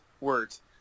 words